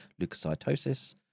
leukocytosis